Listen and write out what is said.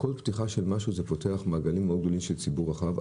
כל פתיחה של משהו פותחת מעגלים מאוד גדולים של ציבור רחב.